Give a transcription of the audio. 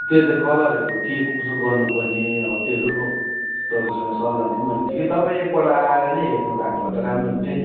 त्यही त कलरहरू के कसो गर्नुपर्ने हौ त्योहरू पो तपाईँसँग सल्लाह लिऊँ भनेको थिएँ कि तपाईँ एकपल्ट आएर नै हेर्नुभएको भए त राम्रो हुन्थ्यो नि